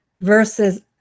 Versus